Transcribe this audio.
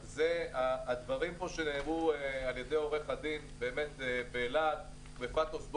הדברים שנאמרו פה על ידי עורך הדין בלהט ובפתוס,